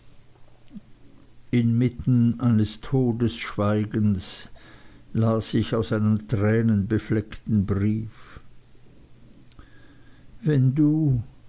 inmitten eines todesschweigens las ich aus einem tränenbefleckten brief wenn du